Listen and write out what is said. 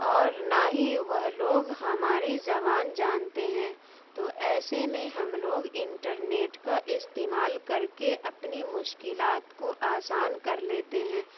اور نہ ہی وہ لوگ ہماری زبان جانتے ہیں تو ایسے میں ہم لوگ انٹرنیٹ کا استعمال کر کے اپنی مشکلات کو آسان کر لیتے ہیں